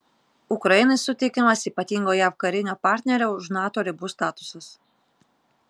ukrainai suteikiamas ypatingo jav karinio partnerio už nato ribų statusas